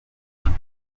umuti